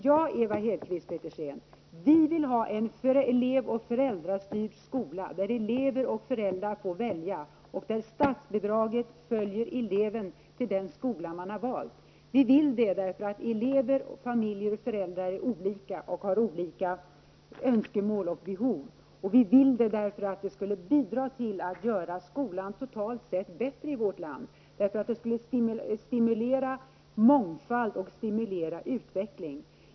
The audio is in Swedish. Ja, Eva Hedkvist Petersen, vi vill ha en elev och föräldrastyrd skola, där elever och föräldrar får välja och där statsbidraget följer eleven till den skola som man har valt. Vi vill detta därför att elever, familjer och föräldrar är olika och har olika önskemål och behov. Vi vill det därför att det skulle bidra till att göra skolan i vårt land totalt sett bättre. Det skulle stimulera mångfald och utveckling.